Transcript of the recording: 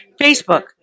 Facebook